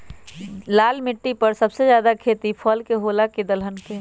लाल मिट्टी पर सबसे ज्यादा खेती फल के होला की दलहन के?